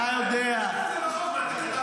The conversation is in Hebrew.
הרי אתה יודע --- אין דבר כזה בחוק.